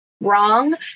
wrong